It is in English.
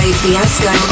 fiasco